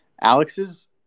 alex's